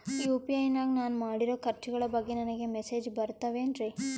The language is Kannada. ಯು.ಪಿ.ಐ ನಾಗ ನಾನು ಮಾಡಿರೋ ಖರ್ಚುಗಳ ಬಗ್ಗೆ ನನಗೆ ಮೆಸೇಜ್ ಬರುತ್ತಾವೇನ್ರಿ?